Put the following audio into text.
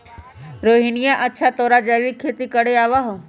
रोहिणीया, अच्छा तोरा जैविक खेती करे आवा हाउ?